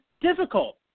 difficult